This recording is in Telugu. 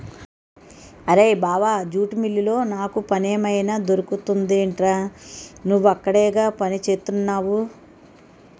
అరేయ్ బావా జూట్ మిల్లులో నాకు పనేమైనా దొరుకుతుందెట్రా? నువ్వక్కడేగా పనిచేత్తున్నవు